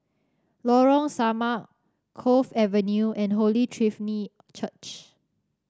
Lorong Samak Cove Avenue and Holy Trinity Church